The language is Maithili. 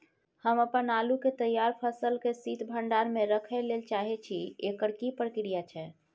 हम अपन आलू के तैयार फसल के शीत भंडार में रखै लेल चाहे छी, एकर की प्रक्रिया छै?